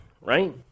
right